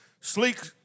Sleek